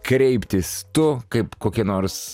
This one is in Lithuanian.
kreiptis tu kaip kokie nors